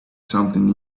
something